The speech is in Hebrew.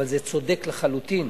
אבל זה צודק לחלוטין,